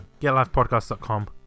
Getlifepodcast.com